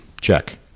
Check